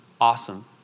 Awesome